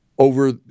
Over